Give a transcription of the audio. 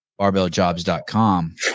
barbelljobs.com